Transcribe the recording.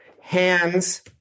hands